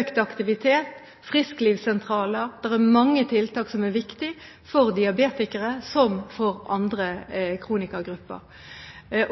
økt aktivitet og frisklivssentraler – det er mange tiltak som er viktig for diabetikere som for andre kronikergrupper.